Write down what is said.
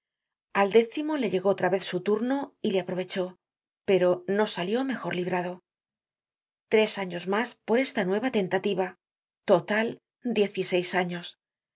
al décimo le llegó otra vez su turno y le aprovechó pero no salió mejor librado tres años mas por esta nueva tentativa total diez y seis años